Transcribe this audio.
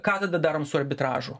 ką tada darom su arbitražu